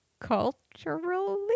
Culturally